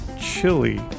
chili